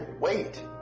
wait.